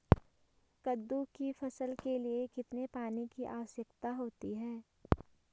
कद्दू की फसल के लिए कितने पानी की आवश्यकता होती है?